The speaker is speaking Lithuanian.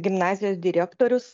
gimnazijos direktorius